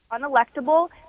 unelectable